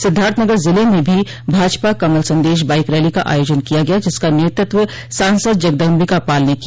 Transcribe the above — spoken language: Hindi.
सिद्धार्थनगर जिले में भी भाजपा कमल संदेश बाईक रैली का आयोजन किया गया जिसका नेतृत्व सांसद जगदम्बिका पाल ने किया